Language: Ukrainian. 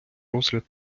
розгляд